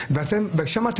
שופט,